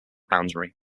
boundary